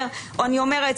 אני אומרת,